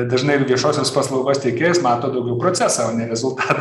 dažnai viešosios paslaugos tiekėjas mato daugiau procesą o ne rezultatą